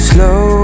Slow